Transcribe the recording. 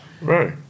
Right